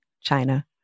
China